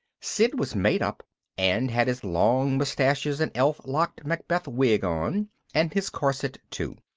sid was made up and had his long mustaches and elf-locked macbeth wig on and his corset too.